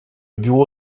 bureau